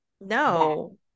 No